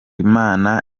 imana